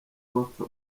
bapfa